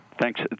Thanks